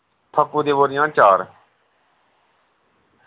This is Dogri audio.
फक्कू दी बोरियां न चार